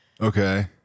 Okay